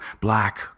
black